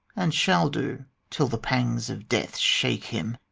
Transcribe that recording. and shall do till the pangs of death shake him.